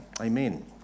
amen